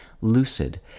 lucid